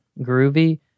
groovy